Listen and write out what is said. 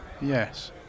Yes